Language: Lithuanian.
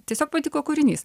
tiesiog patiko kūrinys